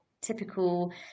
typical